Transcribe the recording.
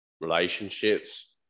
relationships